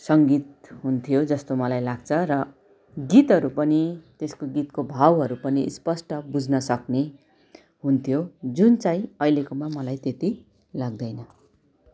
सङ्गीत हुन्थ्यो जस्तो मलाई लाग्छ र गीतहरू पनि त्यसको गीतको भावहरू पनि स्पष्ट बुझ्न सक्ने हुन्थ्यो जुन चाहिँ अहिलेकोमा मलाई त्यत्ति लाग्दैन